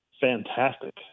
fantastic